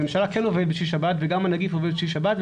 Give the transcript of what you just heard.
הממשלה כן עובדת בשישבת וגם הנגיף עובד בשישבת.